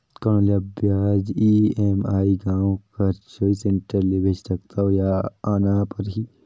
कौन एला ब्याज ई.एम.आई गांव कर चॉइस सेंटर ले भेज सकथव या आना परही?